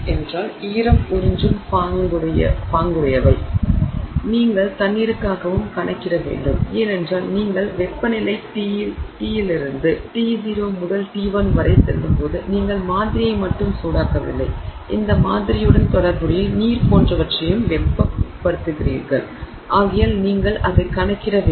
எனவே நீங்கள் தண்ணீருக்காகவும் கணக்கிட வேண்டும் ஏனென்றால் நீங்கள் வெப்பநிலை T இலிருந்து T0 முதல் T1 வரை செல்லும்போது நீங்கள் மாதிரியை மட்டும் சூடாக்கவில்லை இந்த மாதிரியுடன் தொடர்புடைய நீர் போன்றவற்றையும் வெப்பப்படுத்துகிறீர்கள் ஆகையால் நீங்கள் அதைக் கணக்கிட வேண்டும்